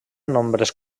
nombres